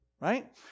right